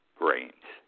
brains